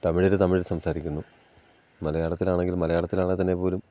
തമിഴരു തമിഴ് സംസാരിക്കുന്നു മലയാളത്തിൽ ആണെങ്കിൽ മലയാളത്തിൽ ആണെ തന്നെ പോലും